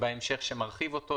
בהמשך שמרחיב אותו,